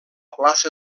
plaça